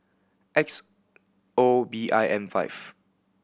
X O B I M five